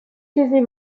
چیزی